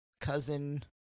cousin